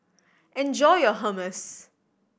enjoy your Hummus